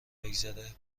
بگذره